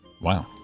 wow